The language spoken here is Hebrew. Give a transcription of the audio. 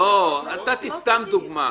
לא, נתתי סתם דוגמה.